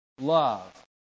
love